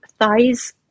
thighs